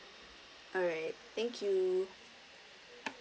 alright thank you